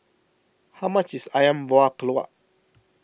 how much is Ayam Buah Keluak